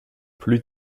plus